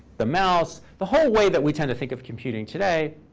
the mouse, the whole way that we tend to think of computing today,